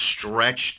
stretched